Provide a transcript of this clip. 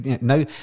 no